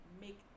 make